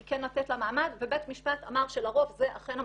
היא כן לתת לה מעמד ובית משפט אמר שלרוב זה אכן המצב.